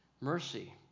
Mercy